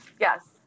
Yes